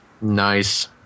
Nice